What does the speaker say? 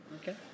okay